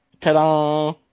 Ta-da